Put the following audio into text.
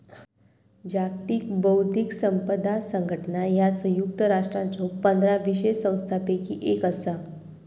जागतिक बौद्धिक संपदा संघटना ह्या संयुक्त राष्ट्रांच्यो पंधरा विशेष संस्थांपैकी एक असा